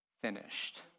finished